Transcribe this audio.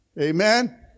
Amen